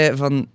van